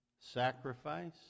sacrifice